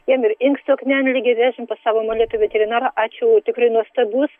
jam ir inkstų akmenligė vežėm pas savo molėtų veterinarą ačiū tikrai nuostabus